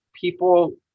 people